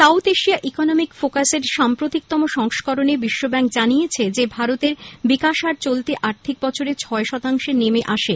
south Asia economic ফোকাসের সম্প্রতিকতম সংস্করণে বিশ্বব্যাঙ্ক জানিয়েছে যে ভারতের বিকাশহার চলতি আর্থিক বছরে ছয় শতাংশে নেমে আসে